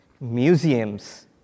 museums